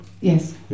Yes